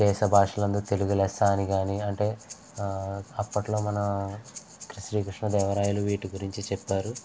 దేశ భాషలందూ తెలుగు లెస్స అని గాని అంటే అప్పట్లో మన క్రి శ్రీకృష్ణదేవరాయలు వీటి గురించి చెప్పారు